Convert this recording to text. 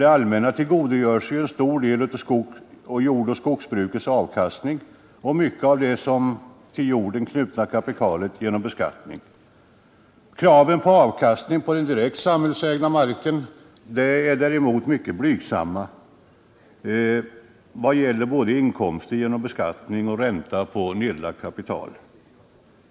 Det allmänna tillgodogör sig en stor del av jordoch skogsbrukets avkastning och mycket av det till jorden knutna kapitalet genom beskattning. Kraven på avkastning på den direkt samhällsägda marken är däremot mycket blygsamma vad gäller inkomster såväl genom beskattning som genom ränta på nedlagt kapital.